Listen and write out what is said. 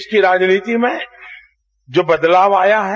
देश की राजनीति में जो बदलाव आया है